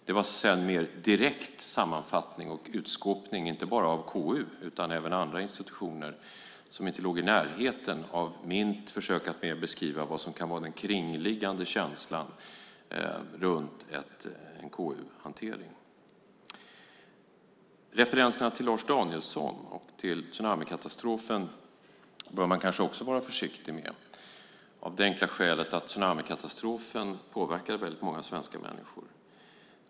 Det var en mer direkt sammanfattning och utskåpning av även andra institutioner som inte låg i närheten av mitt försök att mer beskriva vad som kan vara den kringliggande känslan runt en KU-hantering. Referenserna till Lars Danielsson och tsunamikatastrofen bör man kanske också vara försiktig med. Det är av det enkla skälet att tsunamikatastrofen påverkade väldigt många människor.